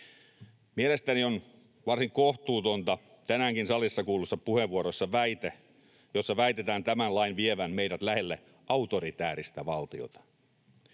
Mielestäni on varsin kohtuuton tänäänkin salissa puheenvuoroissa kuultu väite, jossa väitetään tämän lain vievän meidät lähelle autoritääristä valtiota.